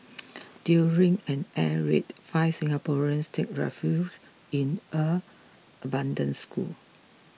during an air raid five Singaporeans take refuge in an abandoned school